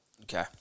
Okay